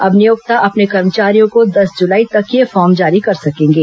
अब नियोक्ता अपने कर्मचारियों को दस जुलाई तक यह फॉर्म जारी कर सकेंगे